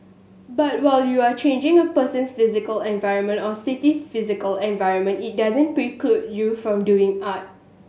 but while you are changing a person's physical environment or city's physical environment it doesn't preclude you from doing art